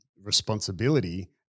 responsibility